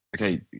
okay